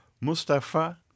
Mustafa